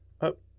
up